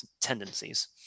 tendencies